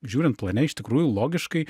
žiūrint plane iš tikrųjų logiškai